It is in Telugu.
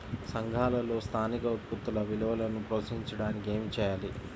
సంఘాలలో స్థానిక ఉత్పత్తుల విలువను ప్రోత్సహించడానికి ఏమి చేయాలి?